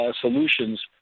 solutions